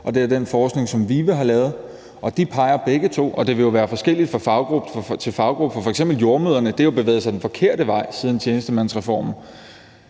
er det den forskning, som VIVE har lavet. De peger begge to på det, og det vil jo være forskelligt fra faggruppe til faggruppe, hvor ulige det er, f.eks. har det jo for jordemødrenes vedkommende bevæget sig den forkerte vej siden tjenestemandsreformen.